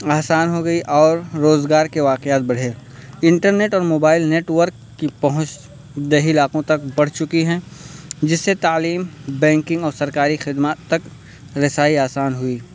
آسان ہو گئی اور روزگار کے واقعات بڑھے انٹرنیٹ اور موبائل نیٹورک کی پہنچ دیہی علاقوں تک بڑھ چکی ہیں جس سے تعلیم بینکنگ اور سرکاری خدمات تک رسائی آسان ہوئی